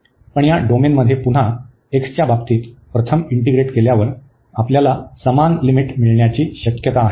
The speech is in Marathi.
पण या डोमेनमध्ये पुन्हा x च्या बाबतीत प्रथम इंटीग्रेट केल्यावर आपल्यास समान लिमिट मिळण्याची शक्यता आहे